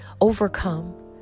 overcome